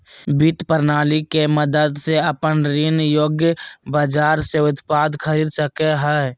वित्त प्रणाली के मदद से अपन ऋण योग्य बाजार से उत्पाद खरीद सकेय हइ